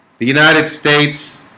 the united states